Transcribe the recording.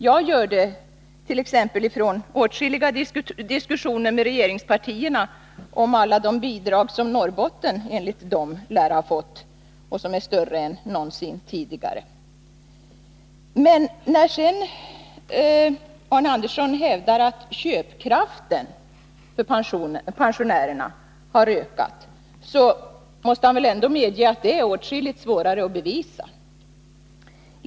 Jag gör dett.ex. från åtskilliga diskussioner med regeringspartierna om alla de bidrag som Norrbotten enligt dessa lär ha fått och som sägs ha varit större än någonsin tidigare. Men när sedan Arne Andersson hävdar att köpkraften för pensionärerna har ökat, så måste han väl ändå medge att det är svårt att bevisa.